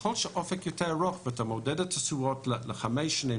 ככל שהאופק יותר ארוך ואתה מודד את התשואות לחמש שנים